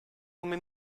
come